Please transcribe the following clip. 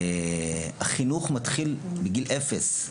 החינוך מתחיל מגיל אפס,